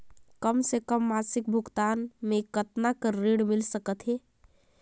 कम से कम मासिक भुगतान मे कतना कर ऋण मिल सकथे?